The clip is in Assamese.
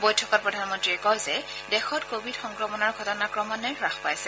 বৈঠকত প্ৰধানমন্ৰীয়ে কয় যে দেশত কোভিড সংক্ৰমণৰ ঘটনা ক্ৰমান্বয়ে হ্বাস পাইছে